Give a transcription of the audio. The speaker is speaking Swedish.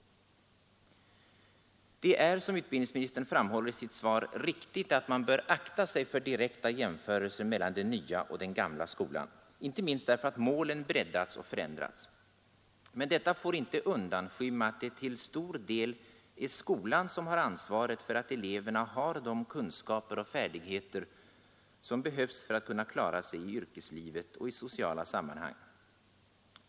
Det är — som utbildningsministern framhåller i sitt svar — riktigt att man bör akta sig för direkta jämförelser mellan den nya och den gamla skolan, inte minst därför att målen breddats och förändrats. Men detta Nr 81 får inte undanskymma att det till stor del är skolan som har ansvaret för Måndagen den att eleverna har de kunskaper och färdigheter som behövs för att kunna 7 maj 1973 klara sig i yrkeslivet och i sociala sammanhang.